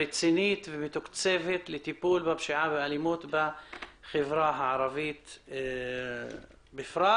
רצינית ומתוקצבת למיגור הפשיעה והאלימות בחברה הערבית בפרט,